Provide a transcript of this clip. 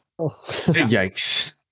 Yikes